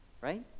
right